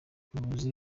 umuyobozi